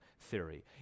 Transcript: theory